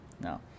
No